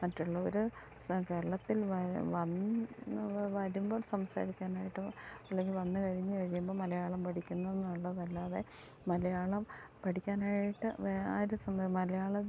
മറ്റുള്ളവർ കേരളത്തിൽ വരെ വന്നു വരുമ്പോൾ സംസാരിക്കാനായിട്ടോ അല്ലെങ്കിൽ വന്നു കഴിഞ്ഞ് കഴിയുമ്പം മലയാളം പഠിക്കുന്നുള്ളതല്ലാതെ മലയാളം പഠിക്കാനായിട്ട് ആര് സ്വന്തം മലയാളം